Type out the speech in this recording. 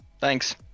Thanks